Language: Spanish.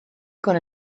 con